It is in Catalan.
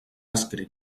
escrit